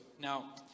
Now